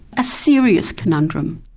a serious conundrum.